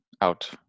out